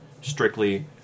strictly